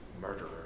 murderer